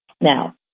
Now